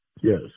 Yes